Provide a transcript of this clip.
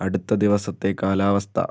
അടുത്ത ദിവസത്തെ കാലാവസ്ഥ